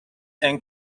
and